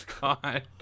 God